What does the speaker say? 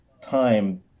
time